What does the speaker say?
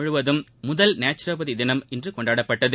முழுவதும் முதல் நேச்சுரோபதி தினம் இன்று நாடு நாடு கொண்டாடப்பட்டது